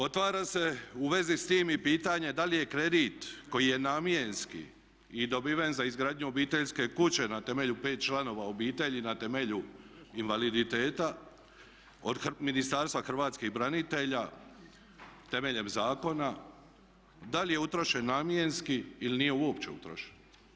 Otvara se u vezi s tim i pitanje da li je kredit koji je namjenski i dobiven za izgradnju obiteljske kuće na temelju 5 članova obitelji, na temelju invaliditeta od Ministarstva Hrvatskih branitelja temeljem zakona da li je utrošen namjenski ili nije uopće utrošen?